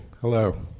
Hello